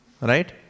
right